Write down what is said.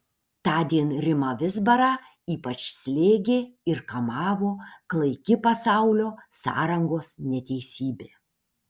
tądien rimą vizbarą ypač slėgė ir kamavo klaiki pasaulio sąrangos neteisybė